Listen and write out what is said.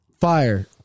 Fire